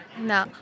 No